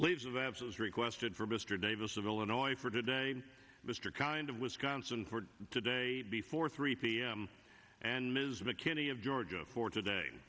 leaves of absence requested for mr davis of illinois for today mr kind of wisconsin today before three p m and ms mckinney of georgia for